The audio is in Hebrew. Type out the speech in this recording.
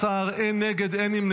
16, אין נגד, אין נמנעים.